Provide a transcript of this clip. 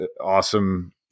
awesome